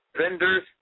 vendors